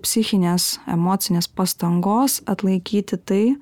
psichinės emocinės pastangos atlaikyti tai